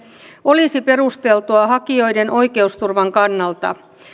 olisi perusteltua hakijoiden oikeusturvan kannalta